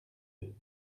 deux